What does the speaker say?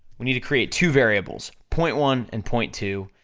we need to create two variables, point one and point two,